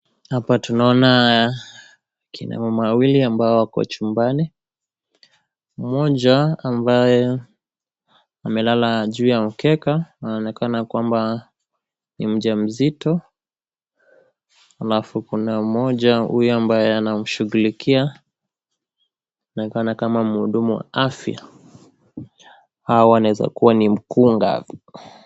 Hapa tunaona akina mama wawili ambao wako chumbani, mmoja ambaye amelala juu ya mkeka, anaonekana kwamba ni mjamzito, alafu kuna mmoja uyo ambaye anmshughulikia, anaonekana kama mhudumu wa afya au anaezakua ni mkunga.